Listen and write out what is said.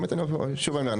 באמת אני שוב אומר,